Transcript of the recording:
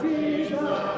Jesus